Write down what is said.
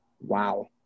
Wow